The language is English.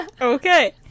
Okay